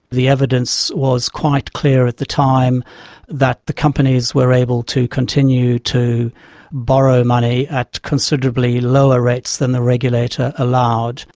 the evidence was quite clear at the time that the companies were able to continue to borrow money at considerably lower rates than the regulator allowed.